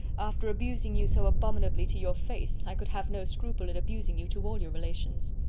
after abusing you so abominably to your face, i could have no scruple in abusing you to all your relations.